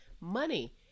Money